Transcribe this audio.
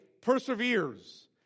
perseveres